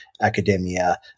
academia